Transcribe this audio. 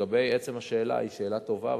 לגבי עצם השאלה, היא שאלה טובה.